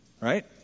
right